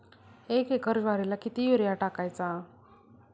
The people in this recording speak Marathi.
एक एकर ज्वारीला किती युरिया टाकायचा?